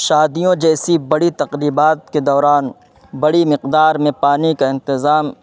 شادیوں جیسے بڑی تقریبات کے دوران بڑی مقدار میں پانی کا انتظام